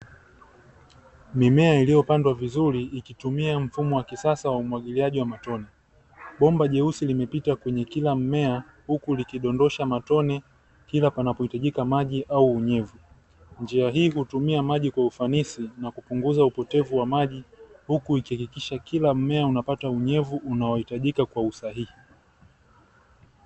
Mimea iliyopandwa vizuri ikitumia mfumo wa kisasa wa umwagiliaji wa matone, bomba jeusi limepita kwenye kila mmea huku likidondosha matone kila panapohitajika maji au unyevu. Njia hii hutumia maji kwa ufanisi na kupunguza upotevu wa maji huku ikihakikisha kila mmea unapata unyevu unaohitajika kwa usahihi.